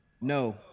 No